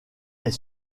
est